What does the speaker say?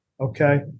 Okay